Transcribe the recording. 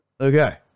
Okay